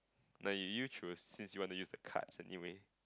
no you choose since you want to use the cards anyway